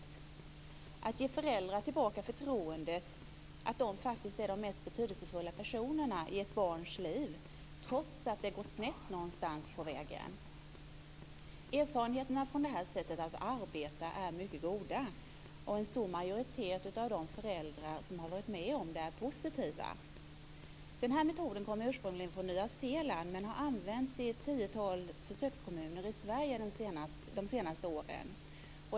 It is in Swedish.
Det handlar om att ge föräldrar tillbaka förtroendet, tron att de faktiskt är de mest betydelsefulla personerna i ett barns liv, trots att det har gått snett någonstans på vägen. Erfarenheterna från det här sättet att arbeta är mycket goda. En stor majoritet av de föräldrar som har varit med om det är positiva. Den här metoden kommer ursprungligen från Nya Zeeland, men den har använts i ett tiotal försökskommuner i Sverige de senaste åren.